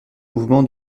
mouvement